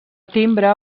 timbre